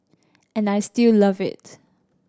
and I still love it